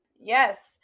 Yes